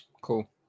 Cool